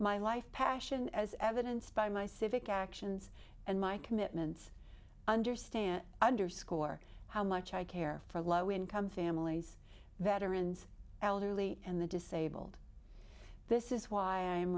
my life passion as evidenced by my civic actions and my commitments understand underscore how much i care for low income families veterans elderly and the disabled this is why i'm